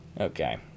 Okay